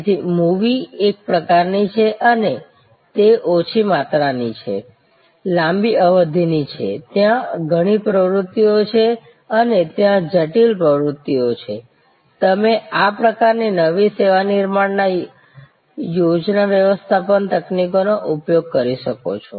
તેથી મૂવી એક પ્રકારની છે અને તે ઓછી માત્રાની છે લાંબી અવધિ ની છે ત્યાં ઘણી પ્રવૃત્તિઓ છે અને ત્યાં જટિલ પ્રવૃત્તિઓ છે તમે આ પ્રકારની નવી સેવા નિર્માણમાં યોજના વ્યવસ્થાપન તકનીકોનો ઉપયોગ કરી શકો છો